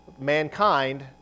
mankind